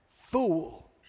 fool